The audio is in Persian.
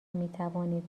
میتوانید